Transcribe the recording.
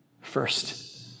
first